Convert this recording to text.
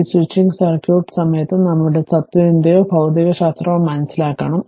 ഈ switching circuit സമയത്ത് നമുക്ക് തത്ത്വചിന്തയോ ഭൌതികശാസ്ത്രമോ മനസ്സിലാക്കണം